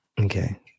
Okay